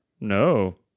No